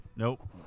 Nope